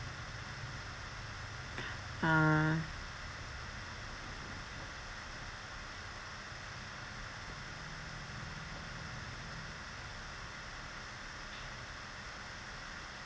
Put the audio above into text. uh